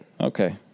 Okay